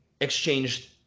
exchanged